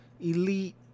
elite